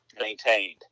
maintained